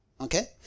Okay